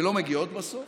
ולא מגיעות בסוף,